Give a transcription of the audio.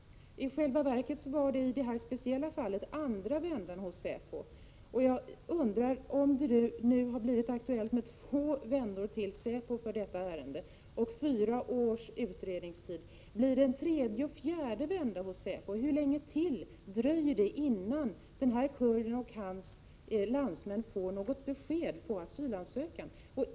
I själva verket var det i detta fall den andra vändan hos säpo. Om det nu har blivit aktuellt med två vändor hos säpo för detta ärende och fyra års utredningstid, blir det också en tredje och en fjärde vända? Hur länge till dröjer det innan den här kurden och hans landsmän får något besked om asylansökan?